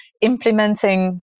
implementing